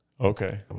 Okay